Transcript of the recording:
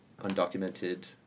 undocumented